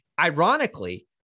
Ironically